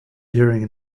hearing